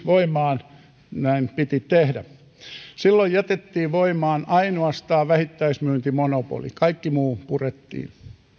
voimaan näin piti tehdä silloin jätettiin voimaan ainoastaan vähittäismyyntimonopoli kaikki muu purettiin